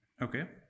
okay